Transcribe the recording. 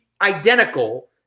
identical